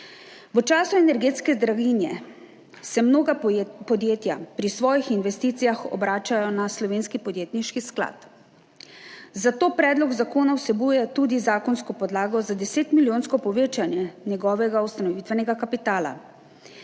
V času energetske draginje se mnoga podjetja pri svojih investicijah obračajo na Slovenski podjetniški sklad, zato predlog zakona vsebuje tudi zakonsko podlago za desetmilijonsko povečanje njegovega ustanovitvenega kapitala.